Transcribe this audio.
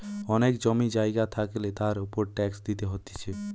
অনেক জমি জায়গা থাকলে তার উপর ট্যাক্স দিতে হতিছে